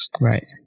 Right